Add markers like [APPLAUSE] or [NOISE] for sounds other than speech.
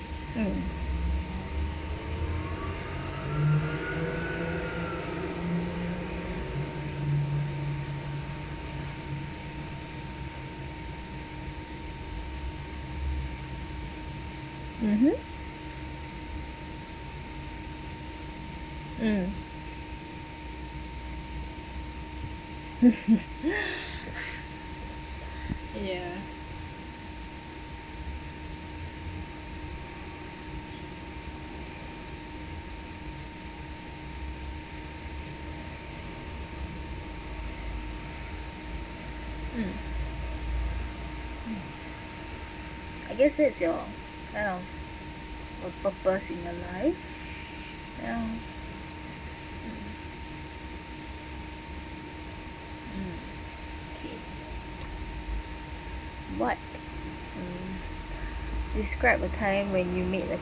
mm mmhmm mm [LAUGHS] ya I guess it's your kind of purpose in your life ya what describe a time when you made a